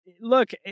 look